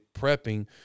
prepping